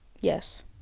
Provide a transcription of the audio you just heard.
Yes